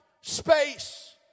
space